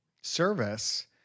service